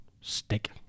stick